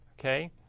Okay